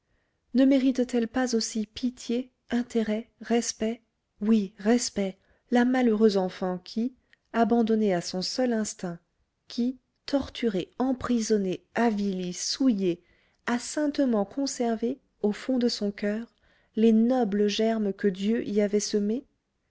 ne mérite-t-elle pas aussi pitié intérêt respect oui respect la malheureuse enfant qui abandonnée à son seul instinct qui torturée emprisonnée avilie souillée a saintement conservé au fond de son coeur les nobles germes que dieu y avait semés